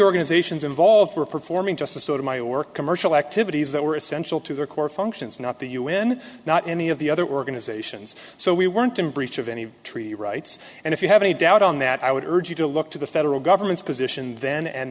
organizations involved were performing just the sort of my work commercial activities that were essential to their core functions not the un not any of the other organizations so we weren't in breach of any treaty rights and if you have any doubt on that i would urge you to look to the federal government's position then and